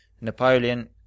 Napoleon